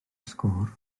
sgôr